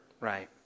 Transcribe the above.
Right